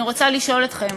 אני רוצה לשאול אתכם,